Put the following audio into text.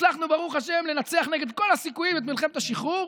הצלחנו ברוך השם לנצח כנגד כל הסיכויים את מלחמת השחרור,